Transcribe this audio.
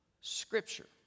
scripture